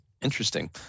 interesting